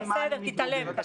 בסדר, תתעלם.